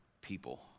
people